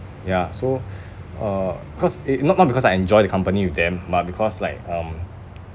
ya so uh cause eh not not because I enjoy the company with them but because like um